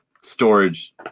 storage